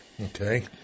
Okay